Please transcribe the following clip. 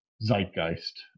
Zeitgeist